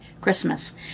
Christmas